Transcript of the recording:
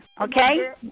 Okay